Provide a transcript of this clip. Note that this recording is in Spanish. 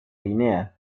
guinea